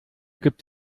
gibt